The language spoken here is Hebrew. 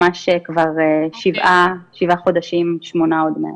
ממש כבר שבעה חודשים, שמונה עוד מעט.